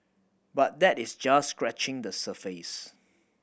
but that is just scratching the surface